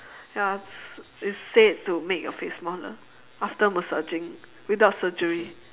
ya it's said to make your face smaller after massaging without surgery